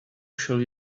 shall